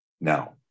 Now